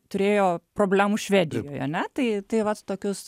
turėjo problemų švedijoj ane tai tai vat tokius